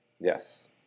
Yes